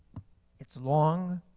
it's long.